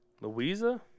Louisa